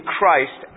Christ